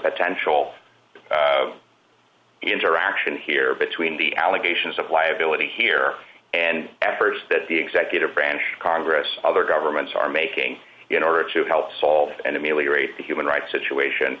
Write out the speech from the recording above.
potential interaction here between the allegations of liability here and efforts that the executive branch congress other governments are making in order to help solve and ameliorate the human rights situation